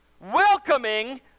welcoming